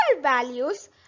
values